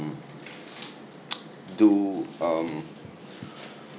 do um